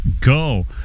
go